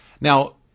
Now